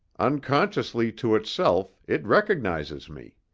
unconsciously to itself, it recognises me.